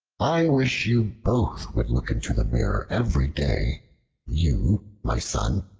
i wish you both would look into the mirror every day you, my son,